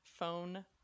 Phone